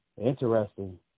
Interesting